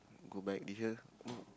go back did you hear